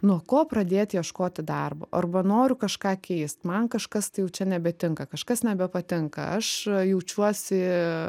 nuo ko pradėti ieškoti darbo arba noriu kažką keist man kažkas tai jau čia nebetinka kažkas nebepatinka aš jaučiuosi